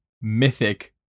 mythic